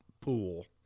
pool